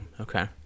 Okay